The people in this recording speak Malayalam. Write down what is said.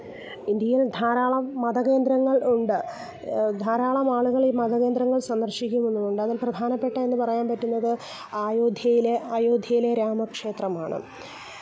ഇന്ഡ്യയില് ധാരാളം മതകേന്ദ്രങ്ങള് ഉണ്ട് ധാരാളമാളുകളീ മതകേന്ദ്രങ്ങള് സന്ദര്ശിക്കുന്നതും ഉണ്ട് അതില് പ്രധാനപ്പെട്ടതെന്ന് പറയാന് പറ്റുന്നത് അയോധ്യയിലെ അയോധ്യയിലെ രാമക്ഷേത്രമാണ്